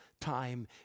time